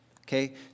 okay